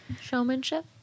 Showmanship